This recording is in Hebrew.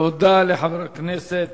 תודה לחבר הכנסת